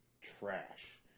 trash